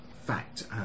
fact